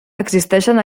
existeixen